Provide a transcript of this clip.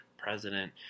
president